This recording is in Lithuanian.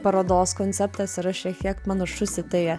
parodos konceptas yra šiek tiek panašus į tai